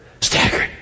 staggered